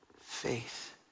faith